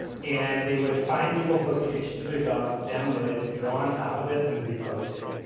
and they would find people posting pictures of their dog, download it, draw on top of it and repost it.